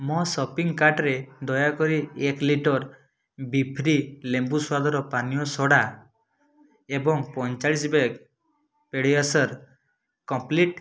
ମୋ ସପିଂ କାର୍ଟ୍ରେ ଦୟାକରି ଏକ ଲିଟର୍ ବିଫ୍ରି ଲେମ୍ବୁ ସ୍ୱାଦର ପାନୀୟ ସୋଡ଼ା ଏବଂ ପଇଁଚାଳିଶି ବ୍ୟାଗ୍ ପେଡିସିଓର୍ କମ୍ପ୍ଲିଟ୍